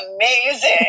amazing